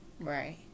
Right